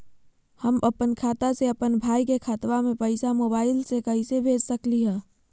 हम अपन खाता से अपन भाई के खतवा में पैसा मोबाईल से कैसे भेज सकली हई?